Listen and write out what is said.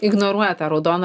ignoruoja tą raudoną